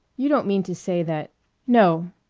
you don't mean to say that no,